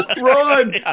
run